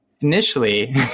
Initially